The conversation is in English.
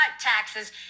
taxes